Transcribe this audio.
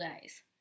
days